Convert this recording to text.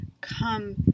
come